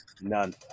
None